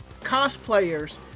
cosplayers